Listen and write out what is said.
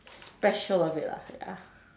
special of it lah ya